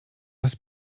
raz